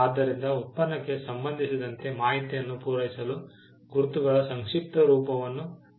ಆದ್ದರಿಂದ ಉತ್ಪನ್ನಕ್ಕೆ ಸಂಬಂಧಿಸಿದಂತೆ ಮಾಹಿತಿಯನ್ನು ಪೂರೈಸಲು ಗುರುತುಗಳು ಸಂಕ್ಷಿಪ್ತ ರೂಪವನ್ನು ಪಡೆದವು